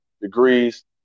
degrees